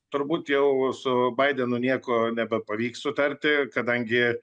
turbūt jau su baidenu nieko nebepavyks sutarti kadangi